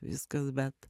viskas bet